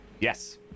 Yes